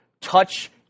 touch